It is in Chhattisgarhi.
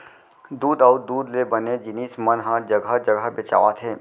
दूद अउ दूद ले बने जिनिस मन ह जघा जघा बेचावत हे